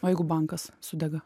o jeigu bankas sudega